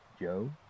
Joe